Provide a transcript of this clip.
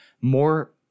more